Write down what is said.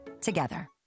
together